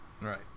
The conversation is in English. right